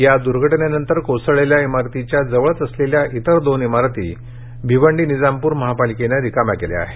या दूर्घटनेनंतर कोसळलेल्या इमारतीच्या जवळच असलेल्या इतर दोन इमारती भिवंडी निजामपूर महापालिकेनं रिकाम्या केल्या आहेत